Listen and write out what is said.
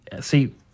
see